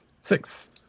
six